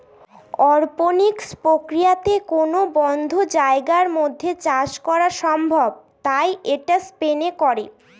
অরপনিক্স প্রক্রিয়াতে কোনো বদ্ধ জায়গার মধ্যে চাষ করা সম্ভব তাই এটা স্পেস এ করে